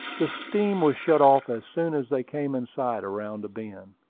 the steam was shut off as soon as they came in sight around a bend.